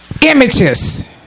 Images